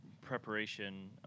preparation